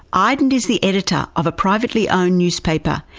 iden is the editor of a privately owned newspaper,